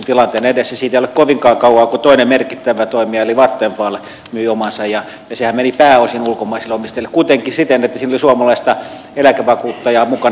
siitä ei ole kovinkaan kauaa kun toinen merkittävä toimija eli vattenfall myi omansa ja sehän meni pääosin ulkomaisille omistajille kuitenkin siten että siinä oli suomalaista eläkevakuuttajaa mukana